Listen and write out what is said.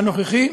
הנוכחי.